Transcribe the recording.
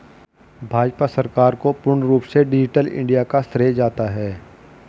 भाजपा सरकार को पूर्ण रूप से डिजिटल इन्डिया का श्रेय जाता है